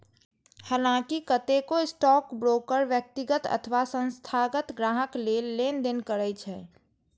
हलांकि कतेको स्टॉकब्रोकर व्यक्तिगत अथवा संस्थागत ग्राहक लेल लेनदेन करै छै